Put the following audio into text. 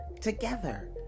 together